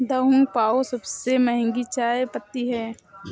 Da Hong पाओ सबसे महंगी चाय पत्ती है